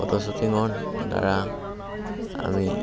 photo শ্বুটিঙৰ দ্বাৰা আমি